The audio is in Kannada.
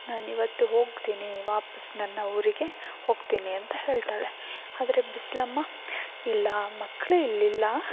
ನಾನಿವತ್ತು ಹೋಗ್ತೀನಿ ವಾಪಸ್ ನನ್ನ ಊರಿಗೆ ಹೋಗ್ತೀನಿ ಅಂತ ಹೇಳ್ತಾಳೆ ಆದರೆ ಬಿಸ್ಲಮ್ಮ ಇಲ್ಲ ಮಕ್ಕಳೇ ಇಲ್ಲಿಲ್ಲ